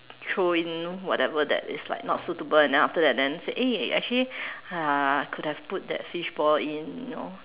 throw in whatever that is like not suitable and then after that then say eh actually uh could have put that fishball in you know